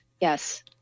yes